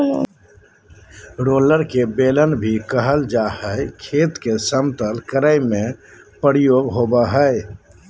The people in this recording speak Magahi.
रोलर के बेलन भी कहल जा हई, खेत के समतल करे में प्रयोग होवअ हई